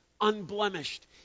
unblemished